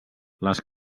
les